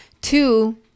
Two